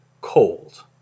...cold